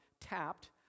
tapped